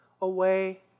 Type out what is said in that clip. away